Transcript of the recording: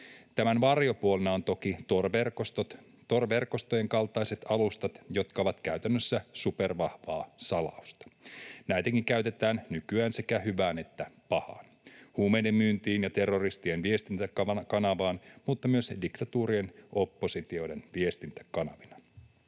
Tämän varjopuolena ovat toki Tor-verkostot, Tor-verkostojen kaltaiset alustat, jotka ovat käytännössä supervahvaa salausta. Näitäkin käytetään nykyään sekä hyvään että pahaan: huumeiden myyntiin ja terroristien viestintäkanavina mutta myös diktatuurien oppositioiden viestintäkanavina.